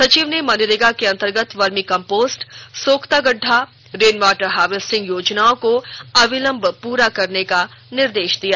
सचिव ने मनरेगा के अंतर्गत वर्मी कंपोस्ट सोख्ता गड्ढा रेन वाटर हार्वेस्टिंग योजनाओं को अविलंब पूरा करने के निर्देश दिए